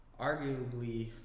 arguably